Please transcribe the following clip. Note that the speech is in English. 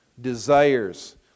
desires